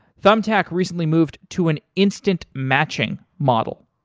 thumbtack recently moved to an instant matching model.